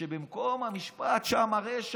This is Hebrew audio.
ש"מקום המשפט שמה הרשע",